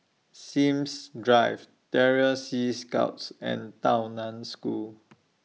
Sims Drive Terror Sea Scouts and Tao NAN School